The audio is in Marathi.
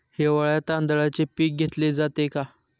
हिवाळ्यात तांदळाचे पीक घेतले जाते का?